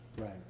Right